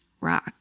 rock